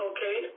Okay